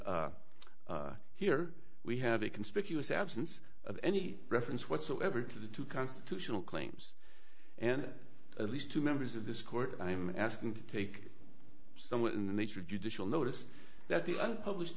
and here we have a conspicuous absence of any reference whatsoever to the two constitutional claims and at least two members of this court i am asking to take somewhere in the nature of judicial notice that the unpubli